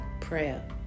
Prayer